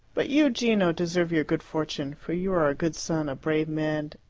but you, gino, deserve your good fortune, for you are a good son, a brave man,